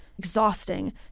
exhausting